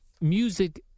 music